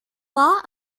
law